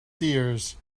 seers